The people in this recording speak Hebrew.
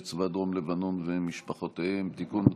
צבא דרום לבנון ומשפחותיהם (תיקון),